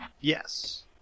Yes